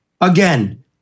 Again